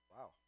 Wow